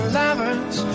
lovers